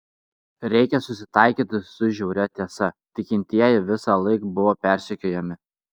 reikia susitaikyti su žiauria tiesa tikintieji visąlaik buvo persekiojami